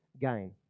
gain